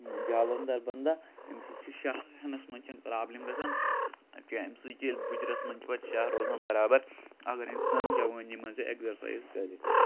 جھالندَر بندا اَمہِ سۭتۍ چھُ شاہ ہٮ۪نَس منٛز چھَنہٕ پرٛابلِم گژھان کینٛہہ اَمہِ سۭتۍ ییٚلہِ بٕجرَس منٛز پَتہٕ شاہ روزان بَرابَر اگر اِنسان جوٲنی منٛز یہِ ایکزَرسایِز کَرِ